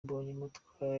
mbonyumutwa